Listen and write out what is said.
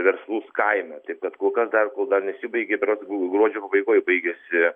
verslus kaime taip kad kol kas dar kol dar nesibaigė berods gruodžio pabaigoj baigiasi